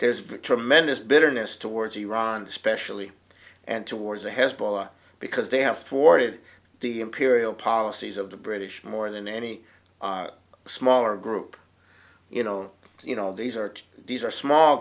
there's been tremendous bitterness towards iran especially and towards the hezbollah because they have thwarted the imperial policies of the british more than any smaller group you know you know these are two these are small